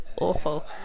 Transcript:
awful